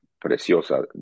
Preciosa